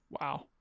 Wow